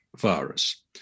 virus